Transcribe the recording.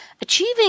achieving